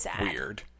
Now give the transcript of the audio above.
weird